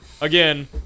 again